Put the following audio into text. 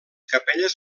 capelles